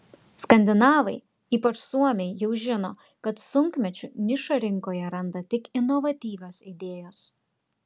skandinavai ypač suomiai jau žino kad sunkmečiu nišą rinkoje randa tik inovatyvios idėjos